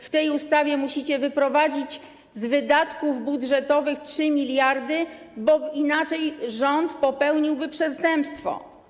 W tej ustawie musicie wyprowadzić z wydatków budżetowych 3 mld, bo inaczej rząd popełniłby przestępstwo.